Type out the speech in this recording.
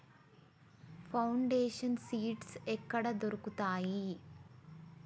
Foundation seeds ఎక్కడ దొరుకుతాయి?